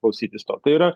klausytis to tai yra